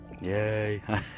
Yay